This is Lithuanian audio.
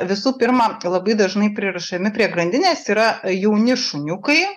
visų pirma labai dažnai pririšami prie grandinės yra jauni šuniukai